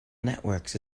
networks